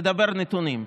לדבר נתונים.